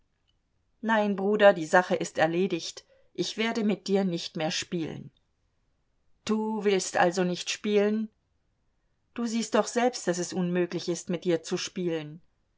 nein bruder die sache ist erledigt ich werde mit dir nicht mehr spielen du willst also nicht spielen du siehst doch selbst daß es unmöglich ist mit dir zu spielen